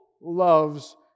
loves